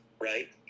right